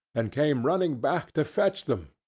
and came running back to fetch them,